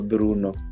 Bruno